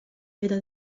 era